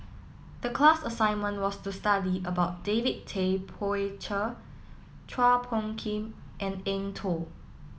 the class assignment was to study about David Tay Poey Cher Chua Phung Kim and Eng Tow